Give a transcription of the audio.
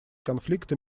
конфликта